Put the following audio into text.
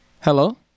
Hello